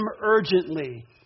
urgently